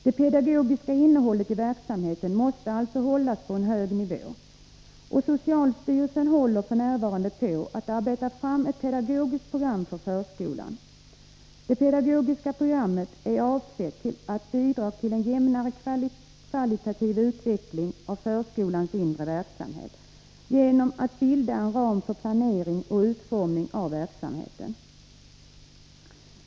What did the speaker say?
Det pedagogiska innehållet i verksamheten måste alltså hållas på en hög nivå. Socialstyrelsen håller f. n. på att arbeta fram ett pedagogiskt program för förskolan. Det pedagogiska programmet är avsett att bidra till en jämnare kvalitativ utveckling av förskolans inre verksamhet genom att det skall utgöra en ram för planeringen och utformningen av verksamheten.